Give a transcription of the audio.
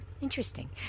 interesting